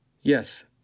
Yes